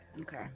okay